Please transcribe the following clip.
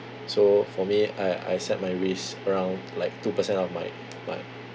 so for me I I set my risk around like two percent of my my